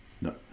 No